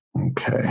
Okay